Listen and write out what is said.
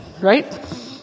right